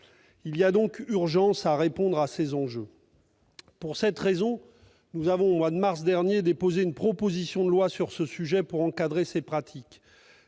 Il y a donc urgence à répondre à ces enjeux. Pour cette raison, nous avons déposé, au mois de mars dernier, une proposition de loi visant à encadrer ces pratiques,